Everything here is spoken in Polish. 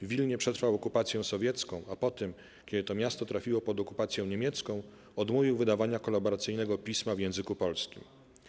W Wilnie przetrwał okupację sowiecką, a po tym, kiedy to miasto trafiło pod okupację niemiecką - odmówił wydawania kolaboracyjnego pisma w języku polskim.